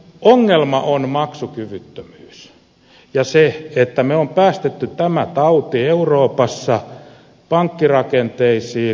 ongelma on maksukyvyttömyys ja se että me olemme päästäneet tämän taudin euroopassa pankkirakenteisiin